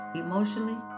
emotionally